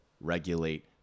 regulate